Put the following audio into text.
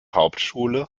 hauptschule